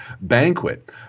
banquet